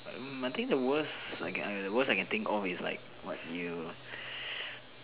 like I think the worst like I the worst I can think of is like what you